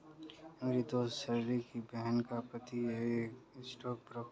मेरी दोस्त सरला की बहन का पति एक स्टॉक ब्रोकर है